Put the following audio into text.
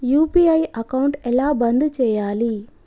UPI account ఎలా బంద్ చేయాలి?